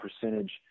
percentage